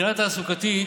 מבחינה תעסוקתית,